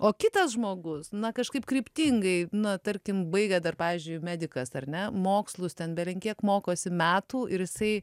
o kitas žmogus na kažkaip kryptingai na tarkim baigia dar pavyzdžiui medikas ar ne mokslus ten belenkiek mokosi metų ir jisai